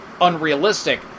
unrealistic